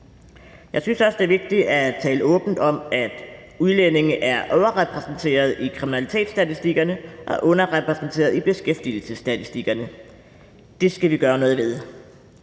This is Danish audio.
Jeg synes også, det er vigtigt at tale åbent om, at udlændinge er overrepræsenterede i kriminalitetsstatistikkerne og underrepræsenterede i beskæftigelsesstatistikkerne. Det skal vi gøre noget ved.